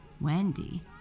Wendy